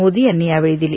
मोदी यांनी यावेळी दिली